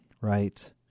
right